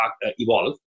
evolve